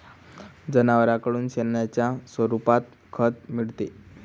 जनावरांकडून शेणाच्या स्वरूपात खत मिळते